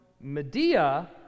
Medea